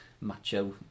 macho